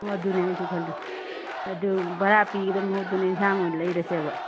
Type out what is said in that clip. ꯑꯣ ꯑꯗꯨꯅꯦ ꯑꯩꯁꯨ ꯈꯜꯂꯤ ꯑꯗꯨ ꯚꯔꯥ ꯄꯤꯒꯗꯧ ꯃꯍꯨꯠꯇꯨꯅ ꯑꯦꯟꯁꯥꯡ ꯑꯣꯏꯅ ꯂꯩꯔꯁꯦꯕ